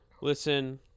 listen